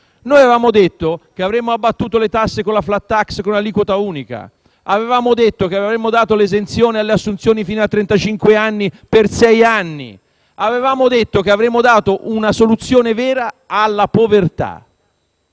Noi avevamo detto che avremmo abbattuto le tasse con una *flat tax* con aliquota unica; avevamo detto che avremmo previsto un'esenzione per le assunzioni fino a trentacinque anni di età per sei anni; avevamo detto che avremmo dato una soluzione vera alla povertà.